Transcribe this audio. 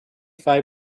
five